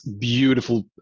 beautiful